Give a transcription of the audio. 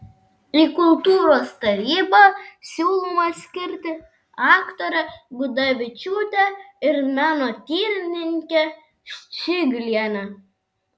į kultūros tarybą siūloma skirti aktorę gudavičiūtę ir menotyrininkę ščiglienę